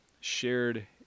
shared